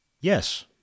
yes